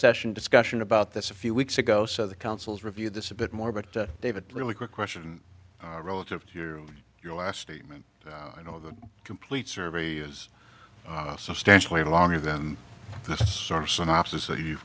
session discussion about this a few weeks ago so the council's review this a bit more but david really quick question relative to your your last statement you know the complete survey use substantially longer than this source in office so you